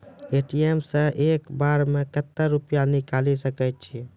ATM सऽ एक बार म कत्तेक रुपिया निकालि सकै छियै?